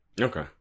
Okay